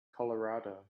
colorado